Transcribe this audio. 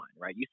right